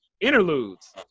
interludes